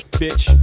bitch